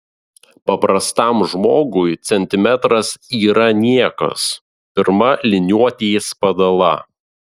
paprastam žmogui centimetras yra niekas pirma liniuotės padala